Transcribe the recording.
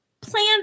Plan